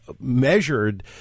measured